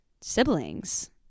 siblings